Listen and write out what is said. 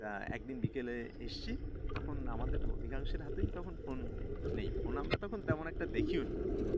তা একদিন বিকেলে এসেছি তখন আমাদের অধিকাংশের হাতেই তখন ফোন নেই ফোন আমরা তখন তেমন একটা দেখিও নি